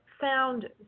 found